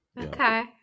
Okay